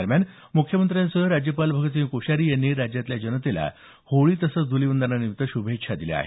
दरम्यान मुख्यमंत्र्यांसह राज्यपाल भगतसिंह कोश्यारी यांनी राज्यातील जनतेला होळी तसेच धुलिवंदनानिमित्त श्भेच्छा दिल्या आहेत